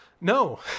No